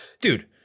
dude